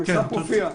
המסמך מופיע.